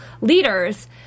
leaders